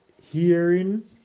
hearing